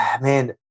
Man